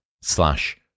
slash